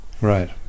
Right